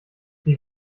wie